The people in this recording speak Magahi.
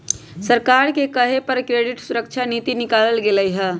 सरकारे के कहे पर क्रेडिट सुरक्षा नीति निकालल गेलई ह